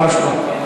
ממש לא.